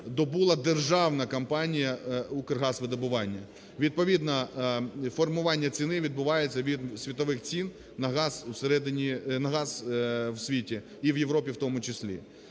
добула державна компанія "Укргазвидобування". Відповідно формування ціни відбувається від світових цін на газ в середині, на газ в світі, і в Європі в тому числі.